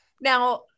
Now